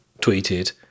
tweeted